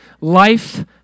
Life